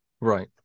Right